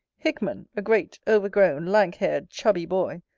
hickman, a great overgrown, lank-haired, chubby boy,